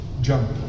jump